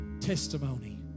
testimony